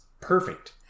perfect